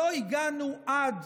שלא הגענו עד